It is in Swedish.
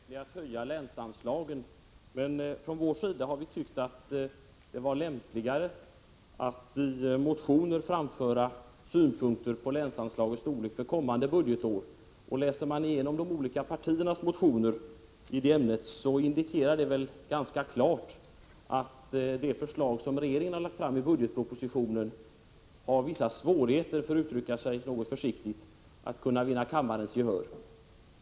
Herr talman! Vi kunde i och för sig ha börjat en lång diskussion om det förskräckliga i att höja länsanslagen, men från vår sida har vi tyckt att det var lämpligare att i motioner framföra synpunkter på länsanslagets storlek för kommande budgetår. Om man läser igenom de olika partiernas motioner i detta ämne, indikeras det ganska klart att regeringens förslag i budgetpropositionen har vissa svårigheter, för att uttrycka det något försiktigt, att vinna kammarens gehör.